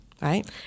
Right